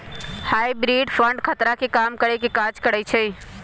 hybrid fund खतरा के कम करेके काज करइ छइ